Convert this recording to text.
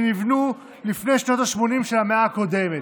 שנבנו לפני שנות השמונים של המאה הקודמת.